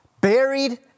buried